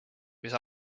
mis